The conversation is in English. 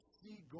see